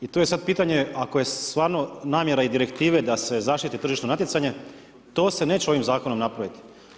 I tu je sad pitanje, ako je stvarno namjera i direktive da se zaštiti tržišno natjecanje to se neće ovim zakonom napraviti.